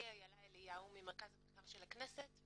אני אילה אליהו ממרכז המחקר של הכנסת.